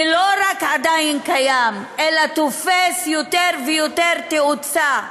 ולא רק עדיין קיים, אלא תופס יותר ויותר תאוצה,